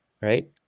Right